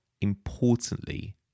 importantly